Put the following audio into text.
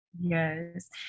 Yes